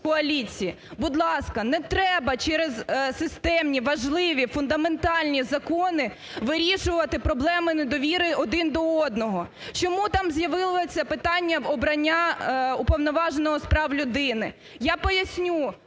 Будь ласка, не треба через системні важливі, фундаментальні закони вирішувати проблеми недовіри один до одного. Чому там з'явилось питання обрання Уповноваженого з прав людини? Я поясню.